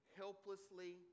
helplessly